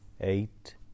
eight